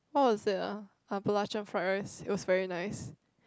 what was it ah ah belacan fried rice it was very nice